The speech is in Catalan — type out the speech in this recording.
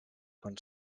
quan